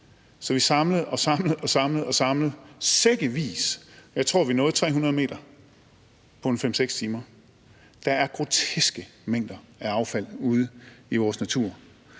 Så vi samlede og samlede sækkevis, og jeg tror, vi nåede 300 meter på en 5-6 timer. Der er groteske mængder af affald ude i vores natur